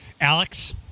alex